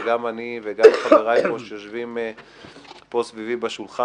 וגם אני וגם חבריי שיושבים סביב השולחן